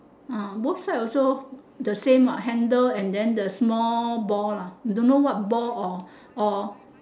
ah both side also the same what handle and then the small ball lah don't know what ball or or